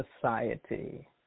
society